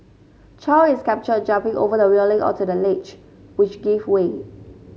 Chow is captured jumping over the railing onto the ledge which gave way